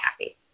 happy